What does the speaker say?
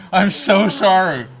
i am so sorry!